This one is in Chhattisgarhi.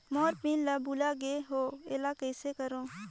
मोर पिन ला भुला गे हो एला कइसे करो?